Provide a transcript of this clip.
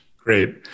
Great